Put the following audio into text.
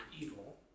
evil